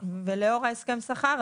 לאור הסכם השכר,